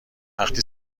وقتی